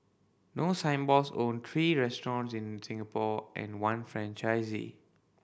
no Signboards own three restaurants in Singapore and one franchisee